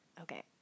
Okay